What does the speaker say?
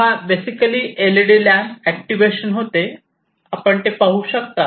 तेव्हा basically LED lamp activation होते आपण ते पाहू शकता